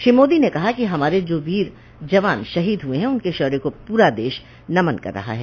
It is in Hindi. श्री मोदी ने कहा कि हमारे जो वीर जवान शहीद हुए हैं उनके शौर्य को पूरा देश नमन कर रहा है